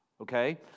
okay